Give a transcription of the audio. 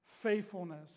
faithfulness